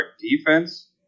defense